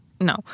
No